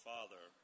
Father